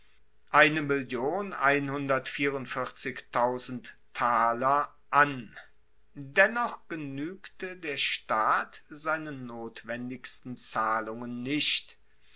an dennoch genuegte der staat seinen notwendigsten zahlungen nicht